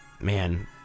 Man